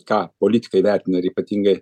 ką politikai vertina ir ypatingai